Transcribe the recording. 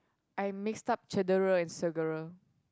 I mixed up cedera and segera